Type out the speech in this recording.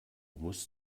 musst